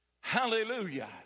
Hallelujah